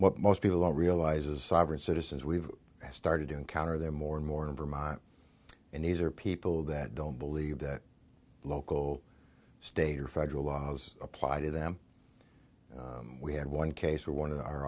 what most people realize as sovereign citizens we've started to encounter them more and more in vermont and these are people that don't believe that local state or federal laws apply to them we had one case where one of our